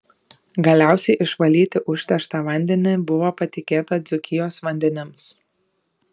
galiausiai išvalyti užterštą vandenį buvo patikėta dzūkijos vandenims